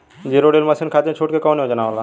Zero till machine खाती छूट के कवन योजना होला?